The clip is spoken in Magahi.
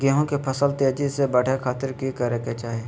गेहूं के फसल तेजी से बढ़े खातिर की करके चाहि?